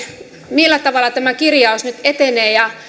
millä tavalla tämä kirjaus nyt etenee ja